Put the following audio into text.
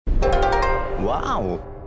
Wow